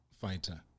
fighter